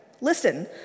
Listen